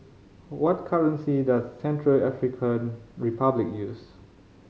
what currency does Central African Republic use